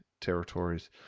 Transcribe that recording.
territories